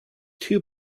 too